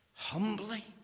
humbly